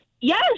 Yes